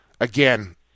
again